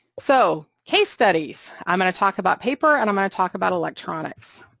so case studies i'm going to talk about paper and i'm gonna talk about electronics.